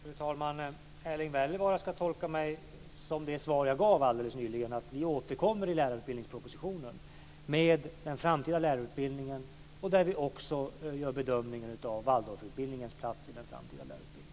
Fru talman! Erling Wälivaara ska tolka mig så som jag alldeles nyss svarade, att vi återkommer till detta i lärarutbildningspropositionen, där vi också gör bedömningen av Waldorfutbildningens plats i den framtida lärarutbildningen.